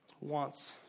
wants